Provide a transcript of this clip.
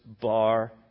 bar